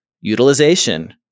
utilization